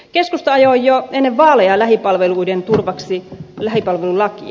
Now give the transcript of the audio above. keskusta ajoi jo ennen vaaleja lähipalveluiden turvaamiseksi lähipalvelulakia